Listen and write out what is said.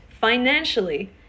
financially